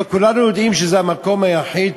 וכולנו יודעים שזה המקום היחיד